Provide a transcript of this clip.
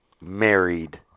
married